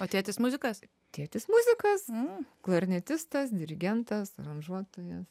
o tėtis muzikas tėtis muzikas m klarnetistas dirigentas aranžuotojas